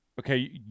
okay